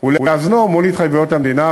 ולאזנו מול התחייבויות המדינה,